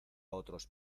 otros